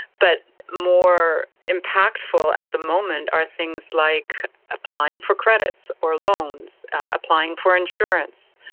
but more impactful at the moment are things like applying for credits or loans, applying for insurance,